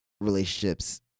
relationships